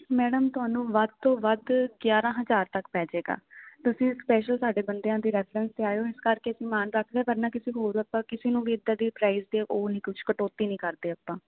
madam ਤੁਹਾਨੂੰ ਵੱਧ ਤੋਂ ਵੱਧ ਗਿਆਰਾਂ ਤੱਕ ਪੈ ਜਾਏਗਾ ਤੁਸੀਂ ਸਪੈਸ਼ਲ ਸਾਡੇ ਬੱਚਿਆਂ ਦੀ ਰੈਫਰੈਂਸ ਤੇ ਆਏ ਹੋ ਇਸ ਕਰਕੇ ਸਮਾਨ ਰੱਖਦੇ ਪਰ ਨਾ ਕਿਸੇ ਹੋਰ ਆਪਾਂ ਕਿਸੇ ਨੂੰ ਵੀ ਇਦਾਂ ਦੀ ਪ੍ਰਾਈਜ ਦੇ ਉਹ ਨਹੀਂ ਕੁਝ ਕਟੌਤੀ ਨਹੀਂ ਕਰਦੇ ਆਪਾਂ